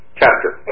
chapter